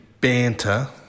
banter